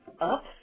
up